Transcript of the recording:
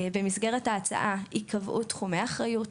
במסגרת ההצעה יקבעו תחומי אחריות,